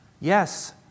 Yes